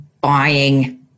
buying